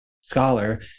scholar